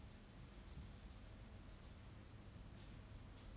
I don't know I had another friend like not going to name but then like